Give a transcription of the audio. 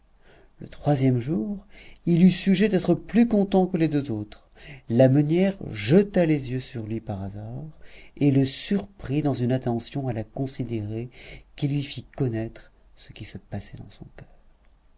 le troisième jour il eut sujet d'être plus content que les deux autres la meunière jeta les yeux sur lui par hasard et le surprit dans une attention à la considérer qui lui fit connaître ce qui se passait dans son coeur